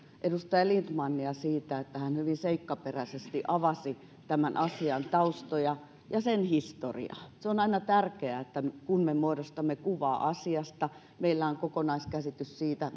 edustaja lindtmania siitä että hän hyvin seikkaperäisesti avasi tämän asian taustoja ja sen historiaa se on aina tärkeää että kun me muodostamme kuvaa asiasta meillä on kokonaiskäsitys siitä